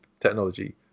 technology